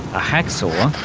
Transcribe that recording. a hacksaw,